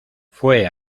fue